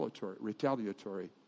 retaliatory